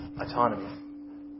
autonomy